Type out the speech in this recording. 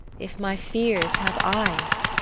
if my fears have eyes.